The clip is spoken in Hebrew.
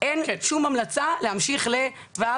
אין שום המלצה להמשיך ל-ו',